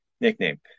nickname